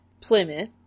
Plymouth